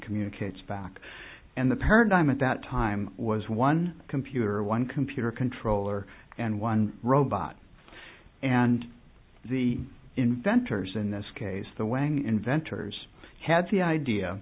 communicates back and the paradigm at that time was one computer one computer controller and one robot and the inventors in this case the wang inventors had the idea